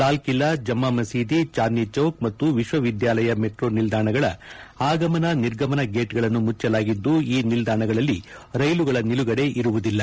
ಲಾಲ್ಕಿಲಾ ಜಮಾ ಮಸೀದಿ ಚಾಂದ್ನಿಚೌಕ್ ಮತ್ತು ವಿಶ್ವವಿದ್ಯಾಲಯ ಮೆಟ್ರೋ ನಿಲ್ದಾಣಗಳ ಆಗಮನ ನಿರ್ಗಮನ ಗೇಟ್ಗಳನ್ನು ಮುಚ್ಚಲಾಗಿದ್ದು ಈ ನಿಲ್ದಾಣಗಳಲ್ಲಿ ರೈಲುಗಳ ನಿಲುಗಡೆ ಇರುವುದಿಲ್ಲ